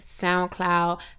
SoundCloud